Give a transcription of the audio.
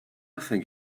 think